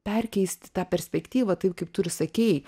perkeisti tą perspektyvą taip kaip tu ir sakei